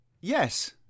Yes